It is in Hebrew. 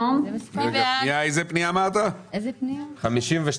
כמובן עם נגישות אבל צריך לזכור שגם בתי גיל הזהב וגם